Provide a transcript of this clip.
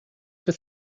for